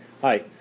hi